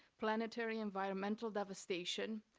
planetary environmental devastation,